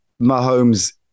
Mahomes-